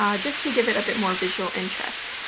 um just to give it a bit more visual interest.